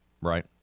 right